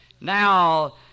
Now